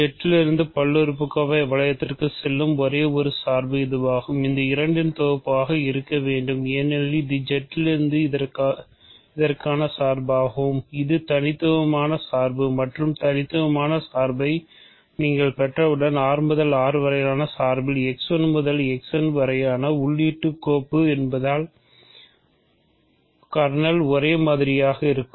Z இலிருந்து பல்லுறுப்புகோவை வளையத்திற்கு செல்லும் ஒரே ஒரு சார்பு மற்றும் இந்த தனித்துவமான சார்பை நீங்கள் பெற்றவுடன் R முதல் R வரையிலான சார்பில் முதல் வரை உள்ளிடுகோப்பு என்பதால் கர்னல்கள் ஒரேமாதிரியாக இருக்கும்